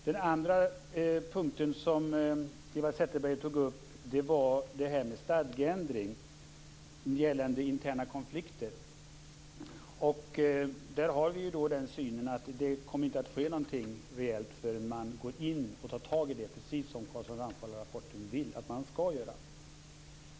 Den andra punkt som Eva Zetterberg tog upp var frågan om en stadgeändring gällande interna konflikter. Vi har den synen att det inte kommer att ske något reellt förrän man tar tag i detta, precis som det förespråkas i Carlsson-Ramphal-rapporten.